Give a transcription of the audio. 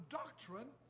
doctrine